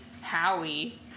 Howie